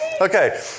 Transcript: Okay